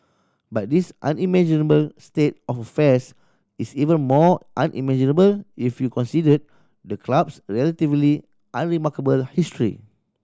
but this unimaginable state of affairs is even more unimaginable if you considered the club's relatively unremarkable history